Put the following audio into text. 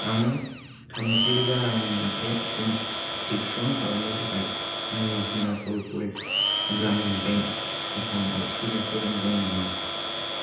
आं थामजि रांनि मोनसे ट्रेनजेक्सन खालामनो थाखाय आंनि हिमाचल प्रदेश ग्रामिन बेंक एकाउन्टाव थोजासे रां दं नामा